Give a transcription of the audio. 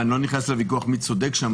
ואני לא נכנס לוויכוח מי צודק שם,